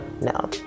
no